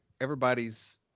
everybody's